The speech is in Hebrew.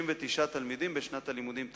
מדובר ב-39 תלמידים בשנת הלימודים תשס"ט,